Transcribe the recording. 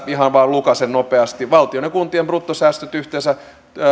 ihan vain lukaisen nopeasti valtion ja kuntien bruttosäästöt yhteensä